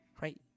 right